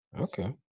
okay